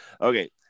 okay